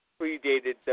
predated